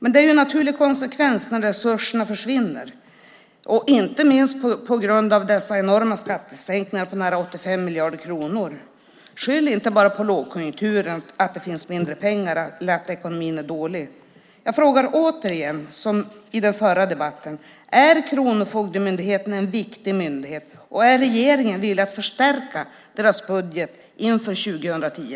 Det är en naturlig konsekvens när resurserna försvinner, inte minst på grund av dessa enorma skattesänkningar på nära 85 miljarder kronor. Skyll inte bara på lågkonjunkturen, på att det finns mindre pengar eller på att ekonomin är dålig! Jag frågar återigen, som i den förra debatten: Är Kronofogdemyndigheten en viktig myndighet? Är regeringen villig att förstärka deras budget inför 2010?